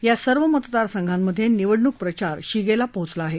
या सर्व मतदार संघांमध्ये निवडणूक प्रचार शिगेला पोहोचला आहे